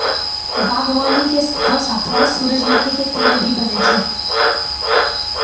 बागवानी के साथॅ साथॅ सूरजमुखी के तेल भी बनै छै